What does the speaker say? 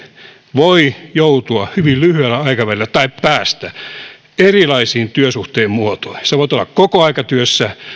voi joutua tai päästä hyvin lyhyellä aikavälillä erilaisiin työsuhteen muotoihin sinä voit olla kokoaikatyössä